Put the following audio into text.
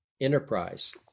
enterprise